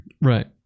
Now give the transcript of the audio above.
right